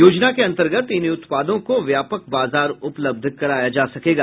योजना के अन्तर्गत इन उत्पादों को व्यापक बाजार उपलब्ध कराया जा सकेगा